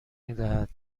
میدهد